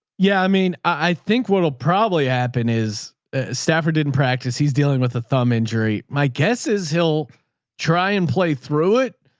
yeah. i mean, i think what will probably happen is stafford didn't practice. he's dealing with a thumb injury. my guess is he'll try and play through it,